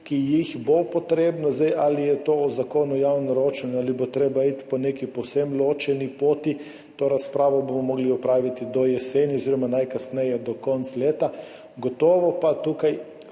ki jih bo potrebno [nasloviti], ali je to v Zakonu o javnem naročanju ali bo treba iti po neki povsem ločeni poti, to razpravo bomo morali opraviti do jeseni oziroma najkasneje do konca leta. Gotovo pa tukaj